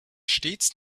stets